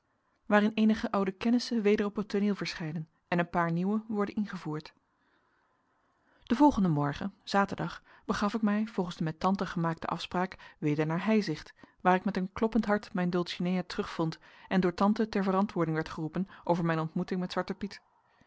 waarin eenige oude kennissen weder op het tooneel verschijnen en een paar nieuwe worden ingevoerd den volgenden morgen zaterdag begaf ik mij volgens de met tante gemaakte afspraak weder naar heizicht waar ik met een kloppend hart mijn dulcinea terugvond en door tante ter verantwoording werd geroepen over mijn ontmoeting met zwarten piet